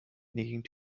needing